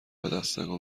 پدسگا